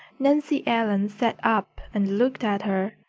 nancy ellen sat up and looked at her.